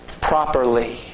properly